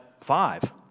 five